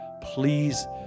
Please